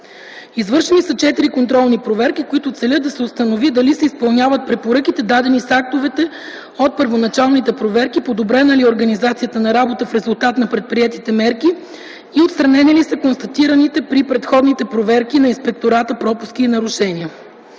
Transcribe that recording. Извършени са 4 контролни проверки, които целят да се установи дали се изпълняват препоръките, дадени с актовете от първоначалните проверки, подобрена ли е организацията на работа в резултат на предприетите мерки и отстранени ли са констатираните при предходните проверки на Инспектората пропуски и нарушения.